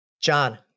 John